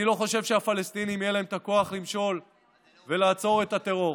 אני לא חושב שלפלסטינים יהיה את הכוח למשול ולעצור את הטרור.